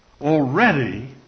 already